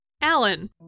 Alan